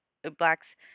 Blacks